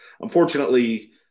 unfortunately